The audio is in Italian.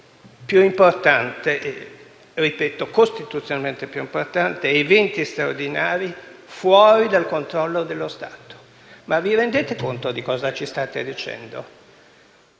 più importante - ripeto: costituzionalmente più importante - è quello che riguarda gli eventi straordinari fuori dal controllo dello Stato. Ma vi rendete conto di cosa ci state dicendo?